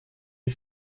des